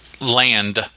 land